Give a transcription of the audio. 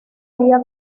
vía